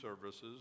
services